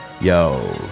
Yo